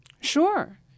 Sure